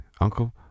Uncle